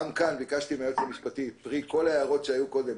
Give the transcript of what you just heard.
גם כאן ביקשתי מהיועצת המשפטית להכין את כל ההערות שהיום קודם